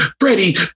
Freddie